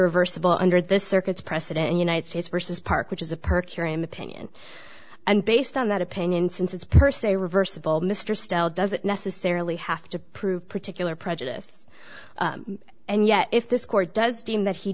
reversible under the circuits precedent and united states versus park which is a per curiam opinion and based on that opinion since it's per se reversible mr style doesn't necessarily have to prove particular prejudice and yet if this court does deem that he